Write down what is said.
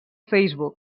facebook